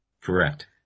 Correct